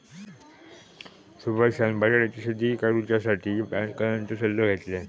सुभाषान बटाट्याची शेती करुच्यासाठी जाणकारांचो सल्लो घेतल्यान